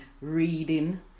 reading